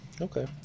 okay